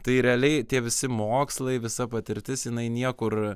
tai realiai tie visi mokslai visa patirtis jinai niekur